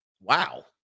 Wow